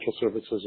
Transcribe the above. services